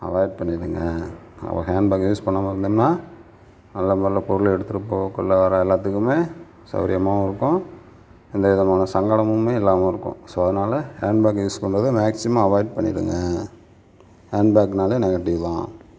avoid பண்ணிடுங்க நம்ம handbag use பண்ணாமல் இருந்தம்னால் நல்ல முறையில் பொருளை எடுத்துகிட்டு போக கொள்ள வர எல்லாத்துக்குமே சவுகரியமாவும் இருக்கும் எந்த விதமான சங்கடமுமே இல்லாமல் இருக்கும் ஸோ அதனால் ஹேண்ட்பேக் யூஸ் பண்றதை மேக்ஸிமம் அவாய்ட் பண்ணிடுங்க ஹேண்ட்பேக்னாலே நெகட்டிவ் தான்